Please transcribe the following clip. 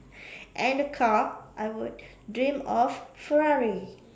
and the car I would dream of Ferrari